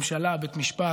ממשל ובית משפט,